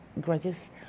grudges